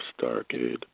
Starcade